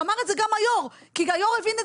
ואמר זה גם היושב-ראש כי היושב-ראש הבין את